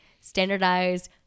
standardized